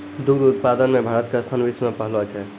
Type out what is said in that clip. दुग्ध उत्पादन मॅ भारत के स्थान विश्व मॅ पहलो छै